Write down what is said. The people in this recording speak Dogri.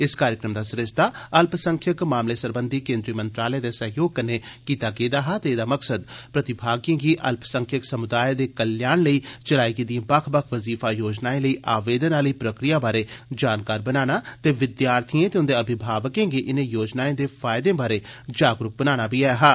इस कार्यक्रम दा सरिस्ता अल्पसंख्यक मामलें सरबंधी केन्द्री मंत्रालय दे सैह्योग कन्नै कीता गेदा हा ते एह्दा मकसद प्रतिभागिएं गी अल्पसंख्यक समुदायें दे कल्याण लेई चलाई गेदी बक्ख बक्ख वजीफा योजनाएं लेई आवेदन आह्ली प्रक्रिया बारै जानकार बनाना ते विद्यार्थिएं ते उंदे अभिमावकें गी इनें योजनाएं दे फायदें बारै जागरूक बनाना बी ऐ हा